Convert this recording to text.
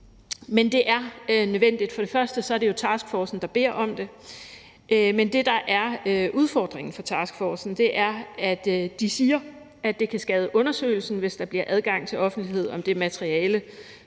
men det er nødvendigt. Først og fremmest er det jo taskforcen, der beder om det, men det, der er udfordringen for taskforcen, er, at de siger, at det kan skade undersøgelsen, hvis der bliver adgang til offentlighed om det materiale,